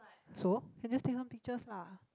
so then just take her pictures lah